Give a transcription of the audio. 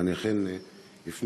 ואני אכן אפנה,